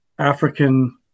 African